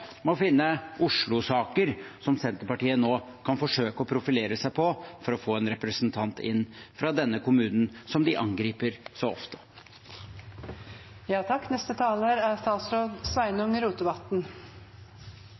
finne Oslo-saker som Senterpartiet nå kan forsøke å profilere seg på for å få inn en representant fra denne kommunen, som de angriper så